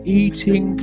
eating